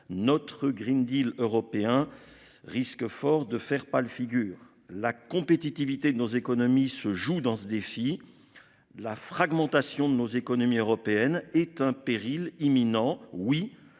notre Green Deal européen risque fort de faire pâle figure la compétitivité de nos économies se joue dans ce défi. La fragmentation de nos économies européennes est un péril imminent. Oui